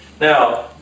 Now